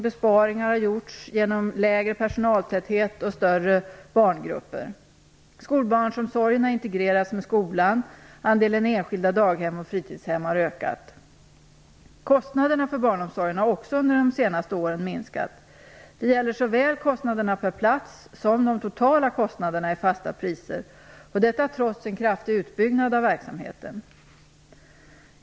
Besparingar har gjorts genom lägre personaltäthet och större barngrupper. Skolbarnsomsorgen har integrerats med skolan. Andelen enskilda daghem och fritidshem har ökat. Kostnaderna för barnomsorgen har också under de senaste åren minskat. Det gäller såväl kostnaderna per plats som de totala kostnaderna i fasta priser. Detta trots en kraftig utbyggnad av verksamheten.